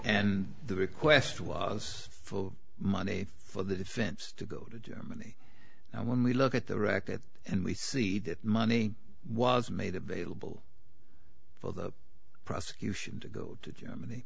and the request was for money for the defense to go to germany and when we look at the records and we see that money was made available for the prosecution to go to germany